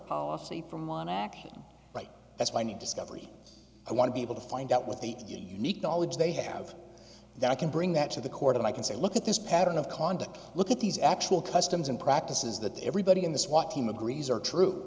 policy from one acting like that's my new discovery i want to be able to find out with the unique knowledge they have that i can bring that to the court and i can say look at this pattern of conduct look at these actual customs and practices that everybody in the swat team agrees are true